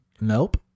nope